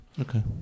Okay